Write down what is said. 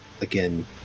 again